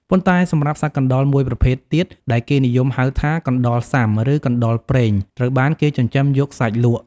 ប៉ុន្តែសម្រាប់សត្វកណ្តុរមួយប្រភេទទៀត ដែលគេនិយមហៅថា កណ្តុរសុាំង ឬ កណ្តុរព្រែង ត្រូវបានគេចិញ្ចឹមយកសាច់លក់។